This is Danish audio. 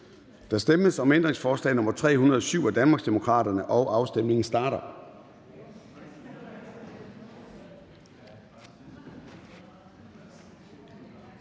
Der stemmes om ændringsforslag nr. 307 af Danmarksdemokraterne. Afstemningen starter.